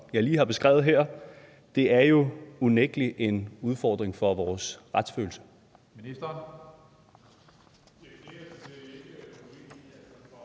jeg lige har beskrevet her? Det er jo unægtelig en udfordring for vores retsfølelse.